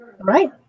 Right